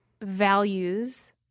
values